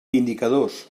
indicadors